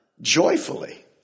joyfully